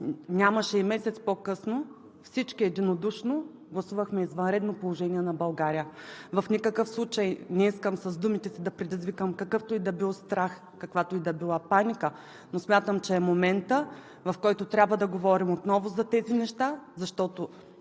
Нямаше и месец по-късно всички единодушно гласувахме извънредно положение на България. В никакъв случай не искам с думите си да предизвикам какъвто и да било страх, каквато и да било паника, но смятам, че е моментът, в който трябва да говорим отново за тези неща, защото